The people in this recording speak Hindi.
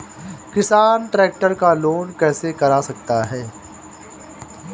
किसान ट्रैक्टर का लोन कैसे करा सकता है?